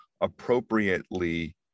appropriately